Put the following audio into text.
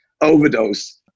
overdose